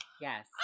Yes